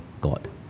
God